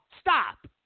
stop